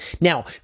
Now